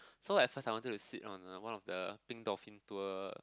so at first I wanted to sit on a one of the pink dolphin tour